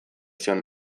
zion